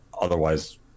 otherwise